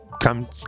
come